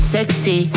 Sexy